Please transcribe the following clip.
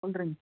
cold drink